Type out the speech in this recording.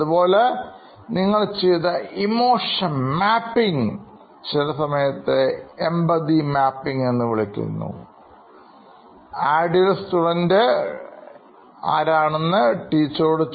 അതുപോലെ നിങ്ങൾ ചെയ്ത ഇമോഷൻ മാപ്പിംഗ് ചില സമയത്ത് empathy mapഎന്ന് വിളിക്കുന്നു ഐഡിയല് സ്റ്റുഡൻറ് ഏതാണെന്ന് ടീച്ചറോട്